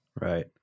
Right